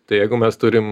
tai jeigu mes turim